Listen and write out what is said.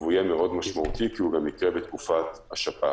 והוא יהיה מאוד משמעותי כי הוא גם יקרה בתקופת השפעת.